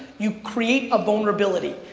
you create a vulnerability.